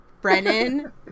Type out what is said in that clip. Brennan